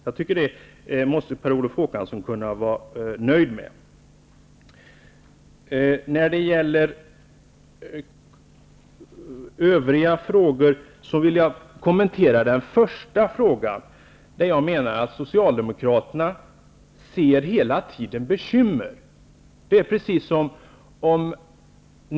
Jag menar att Per Olof Håkansson måste kunna vara nöjd med det. Jag menar att Socialdemokraterna hela tiden ser bekymmer.